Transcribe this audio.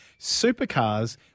Supercars